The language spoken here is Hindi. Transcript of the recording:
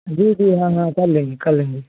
जी जी हाँ हाँ कर लेंगे कर लेंगे